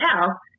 tell